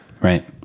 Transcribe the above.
right